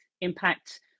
impact